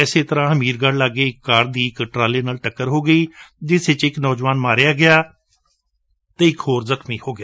ਇਸੇ ਤਰ੍ਾਂ ਹਮੀਰਗੜੁ ਲਾਗੇ ਇਕ ਕਾਰ ਦੀ ਇਕ ਟਰਾਲੇ ਨਾਲ ਟਕੱਰ ਹੋ ਗਈ ਜਿਸ ਵਿਚ ਇਕ ਨੌਜਵਾਨ ਮਾਰਿਆ ਗਿਆ ਅਤੇ ਇਕ ਜ਼ਖ਼ਮੀ ਹੋ ਗਿਆ